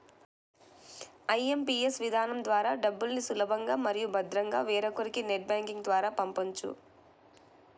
IMPS విధానం ద్వారా డబ్బుల్ని సులభంగా మరియు భద్రంగా వేరొకరికి నెట్ బ్యాంకింగ్ ద్వారా పంపొచ్చు